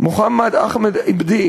מוחמד אחמד עיבד,